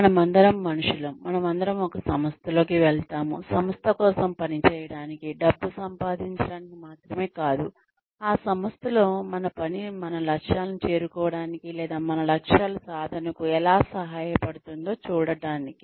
మనమందరం మనుషులం మనమందరం ఒక సంస్థలోకి వెళ్తాము సంస్థ కోసం పనిచేయడానికి డబ్బు సంపాదించడానికి మాత్రమే కాదు ఆ సంస్థలో మన పని మన లక్ష్యాలను చేరుకోవడానికి లేదా మన లక్ష్యాలు సాధనకు ఎలా సహాయపడుతుందో చూడటానికి